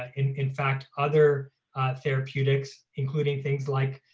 and in fact, other therapeutics, including things like